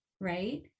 Right